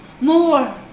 more